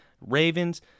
Ravens